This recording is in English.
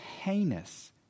heinous